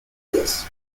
this